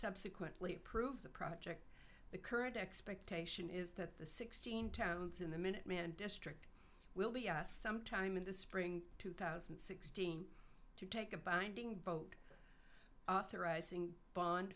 subsequently prove the project the current expectation is that the sixteen towns in the minuteman district will be sometime in the spring two thousand and sixteen to take a binding vote the rising bond